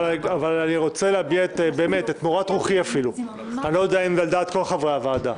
אני רוצה להביע את מורת רוחי אני לא יודע אם על דעת כל חברי הוועדה.